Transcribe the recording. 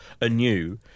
anew